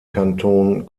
kanton